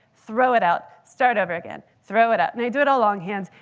throw it out, start over again, throw it out. and i do it all longhand.